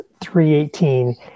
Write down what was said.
318